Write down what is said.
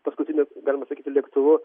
paskutiniu galima sakyti lėktuvu